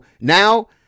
now